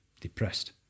depressed